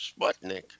Sputnik